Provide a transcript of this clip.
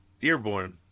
Dearborn